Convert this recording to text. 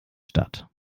statt